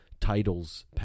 titles